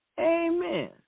Amen